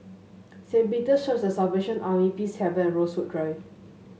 Saint Peter's Church The Salvation Army Peacehaven Rosewood Drive